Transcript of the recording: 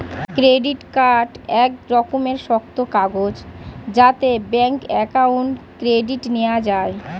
credit card এক রকমের শক্ত কাগজ যাতে ব্যাঙ্ক অ্যাকাউন্ট ক্রেডিট নেওয়া যায়